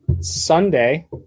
Sunday